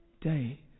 day